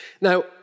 Now